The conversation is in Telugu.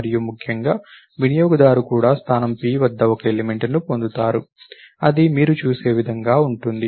మరియు ముఖ్యంగా వినియోగదారు కూడా స్థానం p వద్ద ఒక ఎలిమెంట్ ని పొందుతారు అది మీరు చూసే విధంగా ఉంటుంది